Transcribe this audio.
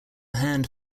hand